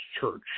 church